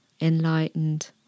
enlightened